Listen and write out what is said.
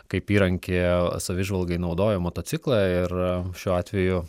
kaip įrankį savižvalgai naudoju motociklą ir šiuo atveju